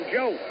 Joe